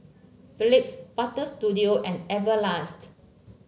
Phillips Butter Studio and Everlast